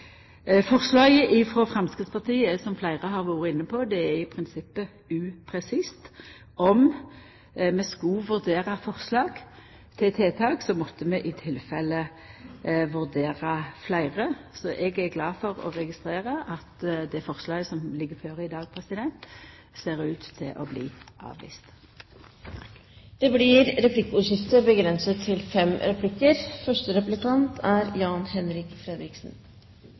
Forslaget frå Framstegspartiet er, som fleire har vore inne på, i prinsippet upresist. Om vi skulle vurdera forslag til tiltak, måtte vi i tilfelle vurdera fleire. Så eg er glad for å registrera at det forslaget som ligg føre i dag, ser ut til å bli avvist. Det blir replikkordskifte. Statsråden har helt rett når hun slår fast at det ikke er